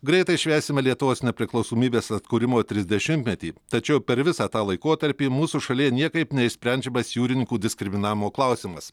greitai švęsime lietuvos nepriklausomybės atkūrimo trisdešimtmetį tačiau per visą tą laikotarpį mūsų šalyje niekaip neišsprendžiamas jūrininkų diskriminavimo klausimas